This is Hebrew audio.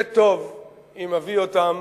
יהיה טוב אם אביא אותם